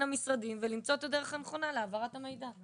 המשרדים ולמצוא את הדרך הנכונה להעברת המידע.